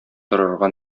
торырга